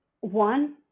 one